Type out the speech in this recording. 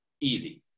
easy